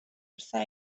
wrtha